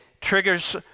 triggers